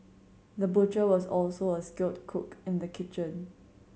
the butcher was also a skilled cook in the kitchen